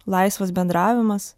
laisvas bendravimas